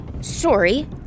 Sorry